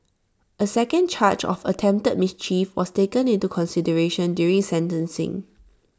A second charge of attempted mischief was taken into consideration during sentencing